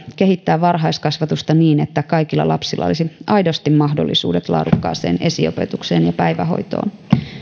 kehittää varhaiskasvatusta niin että kaikilla lapsilla olisi aidosti mahdollisuudet laadukkaaseen esiopetukseen ja päivähoitoon